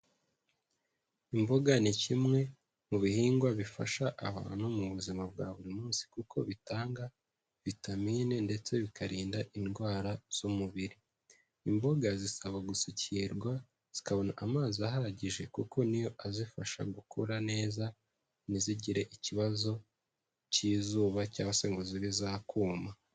Imboga ni kimwe mu bihingwa bifasha abantu mu buzima bwa buri munsi, kuko bitanga vitamine ndetse bikarinda indwara z'umubiri. Imboga zisaba gusukirwa, zikabona amazi ahagije kuko niyo azifasha gukura neza, ntizigire ikibazo, cy'izuba cyangwa se ngo zibe zakuma.